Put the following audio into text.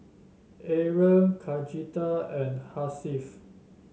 Aaron Khadija and Hasif